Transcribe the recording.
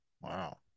Wow